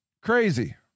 crazy